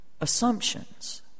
assumptions